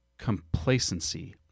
Complacency